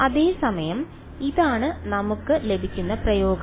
അതേസമയം ഇതാണ് നമുക്ക് ലഭിക്കുന്ന പ്രയോഗം